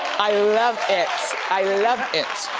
i love it, i love it.